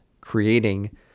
creating